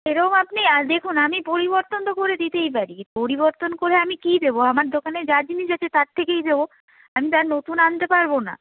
এরম আপনি দেখুন আমি পরিবর্তন তো করে দিতেই পারি পরিবর্তন করে আমি কী দেবো আমার দোকানে যা জিনিস আছে তার থেকেই দেবো আমি তো আর নতুন আনতে পারবো না